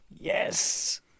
Yes